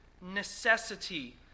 necessity